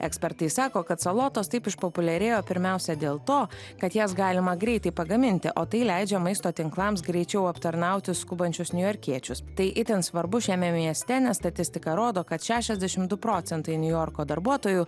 ekspertai sako kad salotos taip išpopuliarėjo pirmiausia dėl to kad jas galima greitai pagaminti o tai leidžia maisto tinklams greičiau aptarnauti skubančius niujorkiečius tai itin svarbu šiame mieste nes statistika rodo kad šešiasdešimt du procentai niujorko darbuotojų